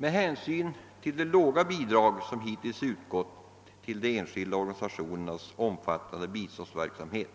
Med hänsyn till de låga bidrag som hittills utgått till de enskilda organisationernas omfattande biståndsverksamhet